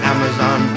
Amazon